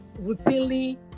routinely